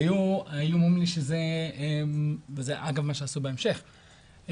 וזה אגב מה עשו בהמשך,